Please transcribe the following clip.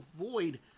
avoid